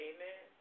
Amen